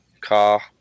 car